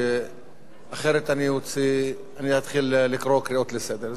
אחרת אני אתחיל לקרוא קריאות לסדר.